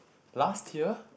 last year